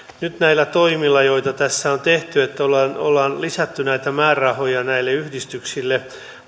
nyt näillä toimilla joita tässä on tehty että ollaan ollaan lisätty näitä määrärahoja näille yhdistyksille